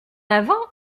avant